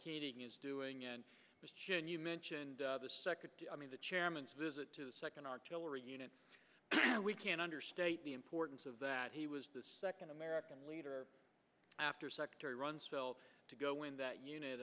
keating is doing and you mentioned the second i mean the chairman's visit to the second artillery unit we can't understate the importance of that he was the second american leader after secretary rumsfeld to go in that unit